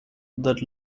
that